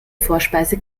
vorspeise